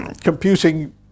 computing